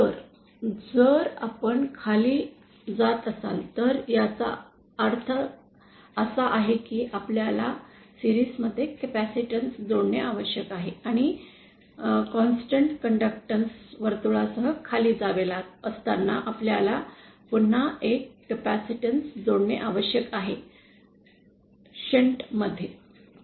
तर जर आपण खाली जात असाल तर याचा अर्थ असा आहे की आपल्याला मालिका मध्ये कॅपेसिटन्स जोडणे आवश्यक आहे आणि निरंतर कडक्टॅन्स वर्तुळासह खाली जात असताना आपल्याला पुन्हा एक कॅपेसिटन्स जोडणे आवश्यक आहे परंतु शंट मध्ये